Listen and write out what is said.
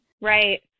right